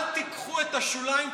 אל תיקחו את השוליים,